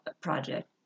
Project